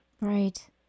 Right